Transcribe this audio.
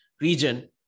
region